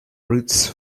routes